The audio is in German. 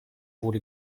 wurde